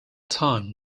time